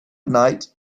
night